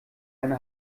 eine